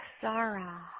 Sarah